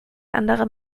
anderer